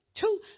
Two